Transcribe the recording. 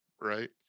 Right